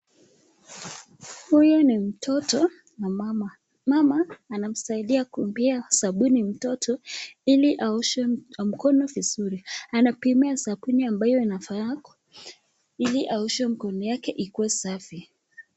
Huyu ni mtoto na mama. Mama anamsaidia kumpimia sabuni mtoto ili aoshe mkono vizuri. Anampimia sabuni ambayo inafaa ili aoshe mkono yake ikuwe safi.